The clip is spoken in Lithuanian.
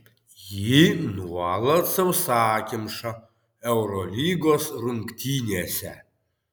ji nuolat sausakimša eurolygos rungtynėse